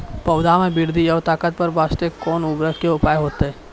पौधा मे बृद्धि और ताकतवर बास्ते कोन उर्वरक के उपयोग होतै?